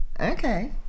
okay